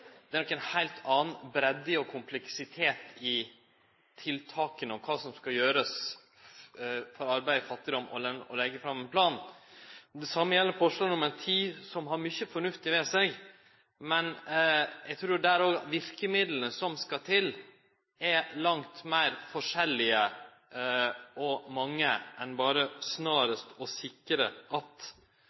at det nok er ei heilt anna breidd og ein kompleksitet i tiltaka for å motarbeide fattigdom enn berre å leggje fram ein plan. Det same gjeld forslag nr. 9. Forslaget har mykje fornuftig ved seg, men eg trur òg der at dei verkemidla som skal til, er fleire og langt meir forskjellige enn berre «snarest å sikre at». Det er òg aktuelt for mange fleire område enn helse- og